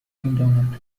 میداند